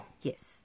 yes